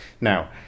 Now